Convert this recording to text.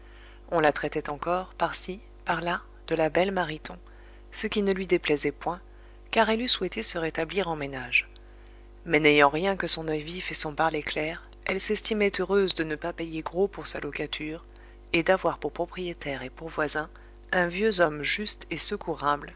on la traitait encore par-ci par-là de la belle mariton ce qui ne lui déplaisait point car elle eût souhaité se rétablir en ménage mais n'ayant rien que son oeil vif et son parler clair elle s'estimait heureuse de ne pas payer gros pour sa locature et d'avoir pour propriétaire et pour voisin un vieux homme juste et secourable